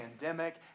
pandemic